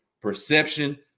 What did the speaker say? perception